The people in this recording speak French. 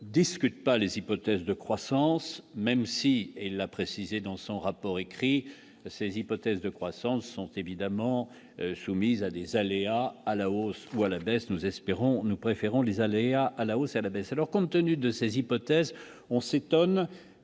discute pas les hypothèses de croissance même si elle a précisé dans son rapport écrit ses hypothèses de croissance sont évidemment soumises à des aléas à la hausse ou à la baisse, nous espérons, nous préférons les aléas à la hausse à la baisse alors compte tenu de ses hypothèses, on s'étonne